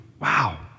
Wow